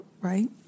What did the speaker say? Right